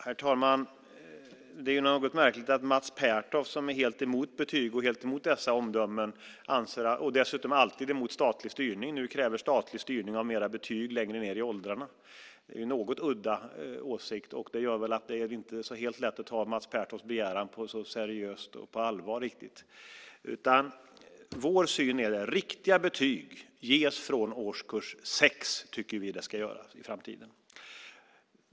Herr talman! Det är något märkligt att Mats Pertoft som är helt emot betyg och helt emot dessa omdömen - och dessutom alltid är emot statlig styrning - nu kräver statlig styrning av mer betyg längre ned i åldrarna. Det är en något udda åsikt, och det gör att det inte är helt lätt att ta Mats Pertofts begäran riktigt på allvar. Vår syn är att riktiga betyg ska ges från årskurs 6 i framtiden.